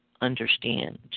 understand